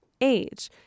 age